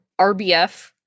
RBF